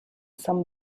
san